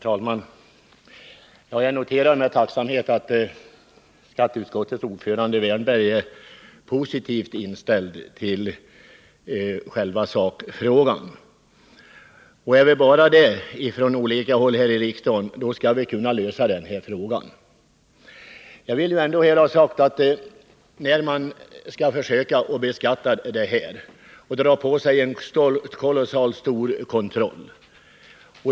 Herr talman! Jag noterar med tacksamhet att skatteutskottets ordförande Erik Wärnberg är positivt inställd i själva sakfrågan. Är vi bara det från olika håll här i riksdagen skall vi nog kunna lösa frågan. Jag vill ha sagt att om vi skall fortsätta med den här beskattningen så drar vi på oss en kolossalt stor kontroll.